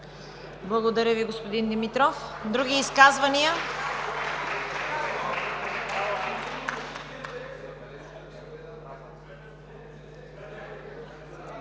Благодаря, господин Ерменков. Други изказвания?